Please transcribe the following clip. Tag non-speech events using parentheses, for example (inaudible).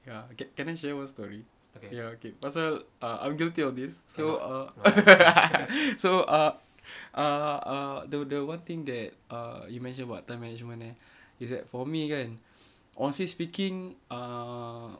ya c~ can I share one story ya okay pasal I'm guilty of this so err (laughs) so err err err the the one thing that err you mentioned about time management there is it for me kan honestly speaking ah